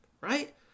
Right